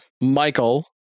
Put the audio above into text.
Michael